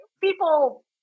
people